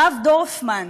הרב דורפמן.